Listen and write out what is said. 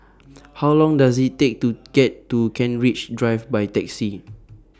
How Long Does IT Take to get to Kent Ridge Drive By Taxi